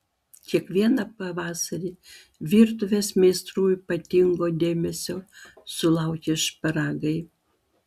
kiekvieną pavasarį virtuvės meistrų ypatingo dėmesio sulaukia šparagai